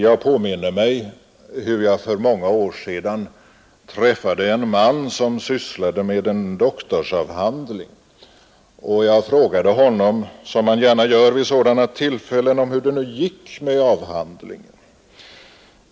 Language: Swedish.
Jag påminner mig hur jag för många år sedan träffade en man som sysslade med en doktorsavhandling. Jag frågade honom, som man gärna gör vid sådana tillfällen, hur det nu gick med avhandlingen.